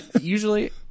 Usually